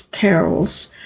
carols